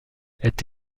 est